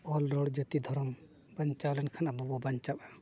ᱚᱞ ᱨᱚᱲ ᱡᱟᱹᱛᱤ ᱫᱷᱚᱨᱚᱢ ᱵᱟᱧᱪᱟᱣ ᱞᱮᱱᱠᱷᱟᱱ ᱟᱵᱚ ᱵᱚᱱ ᱵᱟᱧᱪᱟᱜᱼᱟ